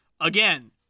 Again